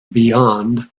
beyond